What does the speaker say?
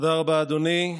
תודה רבה, אדוני.